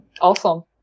Awesome